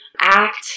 act